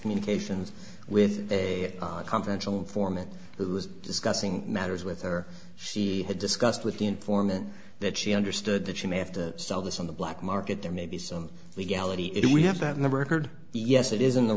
communications with a confidential informant who was discussing matters with her she had discussed with the informant that she understood that she may have to sell this on the black market there may be some legality if we have that number heard yes it is in the